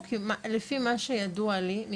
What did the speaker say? לפי מה שידוע לי,